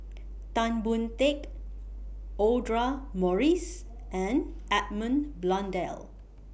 Tan Boon Teik Audra Morrice and Edmund Blundell